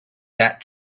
that